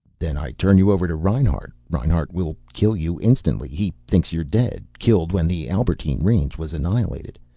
then i turn you over to reinhart. reinhart will kill you instantly. he thinks you're dead, killed when the albertine range was annihilated.